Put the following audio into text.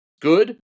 good